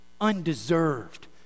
undeserved